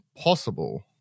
possible